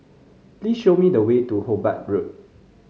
please show me the way to Hobart Road